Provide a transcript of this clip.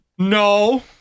No